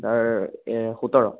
sir সোঁতৰ